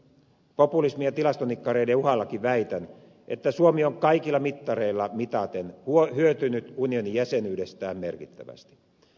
populismin ja tilastonikkareiden uhallakin väitän että suomi on kaikilla mittareilla mitaten hyötynyt unionin jäsenyydestään merkittävästi